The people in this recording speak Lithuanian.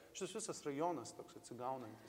šis visas rajonas toks atsigaunantis